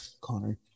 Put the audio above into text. Connor